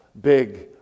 big